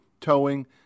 towing